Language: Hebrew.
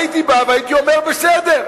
הייתי בא והייתי אומר: בסדר.